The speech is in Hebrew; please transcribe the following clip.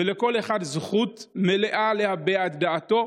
לכל אחד זכות מלאה להביע את דעתו,